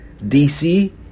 DC